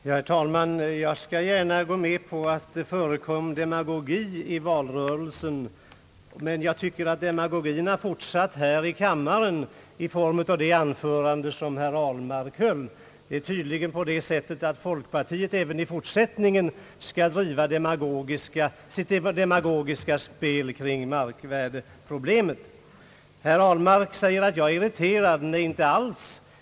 Herr talman! Jag kan gärna gå med på att det förekom demagogi i valrörel sen, men jag tycker att demagogin har fortsätt här:i kammaren i form av det anförande som herr Ahlmark höll. Det är tydligen :på det sättet att folkpartiet även i fortsättningen skall driva sitt demåägogiska spel kring markvärdeproblemet. : ::Herr Ahhnark säger att jag är irriterad. Nej, inte'alls!